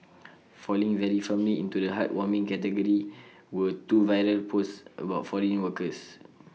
falling very firmly into the heartwarming category were two viral posts about foreign workers